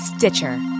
Stitcher